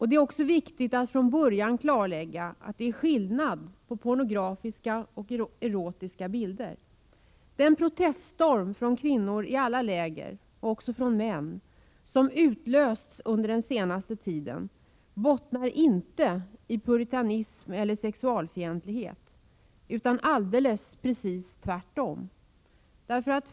Det är också viktigt att från början klarlägga att det är skillnad på pornografiska och erotiska bilder. Den proteststorm från kvinnor i alla läger — och också från män — som utlösts under den senaste tiden bottnar inte i puritanism eller sexualfientlighet, utan det är alldeles precis tvärtom.